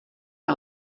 que